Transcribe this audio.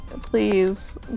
please